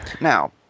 Now